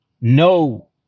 no